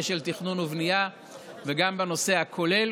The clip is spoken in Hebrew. של תכנון ובנייה וגם בנושא הכולל.